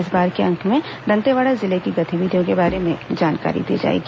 इस बार के अंक में दंतेवाड़ा जिले की गतिविधियों के बारे में जानकारी दी जाएगी